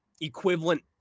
equivalent